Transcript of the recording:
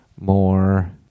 more